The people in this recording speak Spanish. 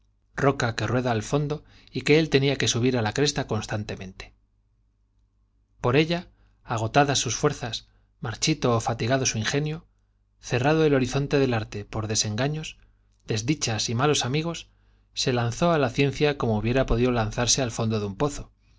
que rueda al fondo tenía y que él que subir á la cresta constantemente por ella agotadas sus fuerzas marchito ó fatigado su ingenio cerrado el horizonte del arte por desen gaños desdichas y malos como hubiera amigos se lanzó á la ciencia podido lanzarse al fondo de un pozo